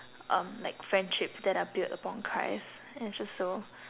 um like friendships that are built upon Christ and it's just so